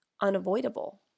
unavoidable